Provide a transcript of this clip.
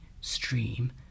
stream